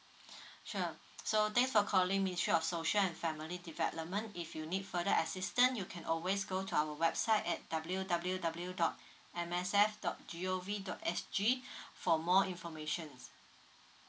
sure so thanks for calling ministry of social and family development if you need further assistance you can always go to our website at W W W dot M S F dot G O V dot S G for more informations